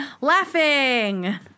Laughing